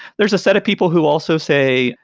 there's a set of people who also say,